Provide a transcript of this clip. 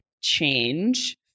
change